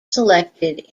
selected